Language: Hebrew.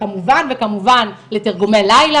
כמובן וכמובן לתרגומי לילה,